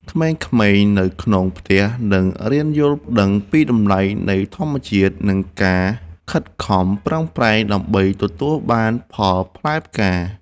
ក្មេងៗនៅក្នុងផ្ទះនឹងរៀនយល់ដឹងពីតម្លៃនៃធម្មជាតិ និងការខិតខំប្រឹងប្រែងដើម្បីទទួលបានផលផ្លែផ្កា។